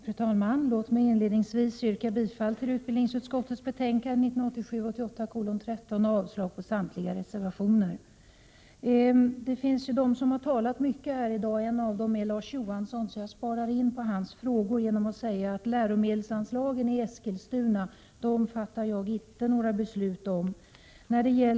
Fru talman! Låt mig inledningsvis yrka bifall till utbildningsutskottets hemställan i betänkande 1987/88:13 och avslag på samtliga reservationer. Det finns ju de som har talat mycket här i dag, och en av dem är Larz Johansson. Jag sparar in på hans frågor genom att säga att om läromedelsanslagen i Eskilstuna fattar jag icke några beslut.